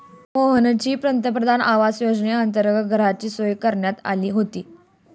मोहनची पंतप्रधान आवास योजनेअंतर्गत घराची सोय करण्यात आली होती